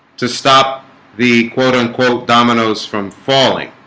to stop the quote unquote dominoes from falling